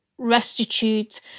restitute